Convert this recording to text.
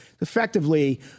effectively